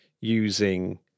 using